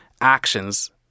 actions